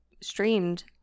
streamed